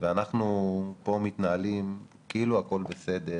ואנחנו פה מתנהלים כאילו הכול בסדר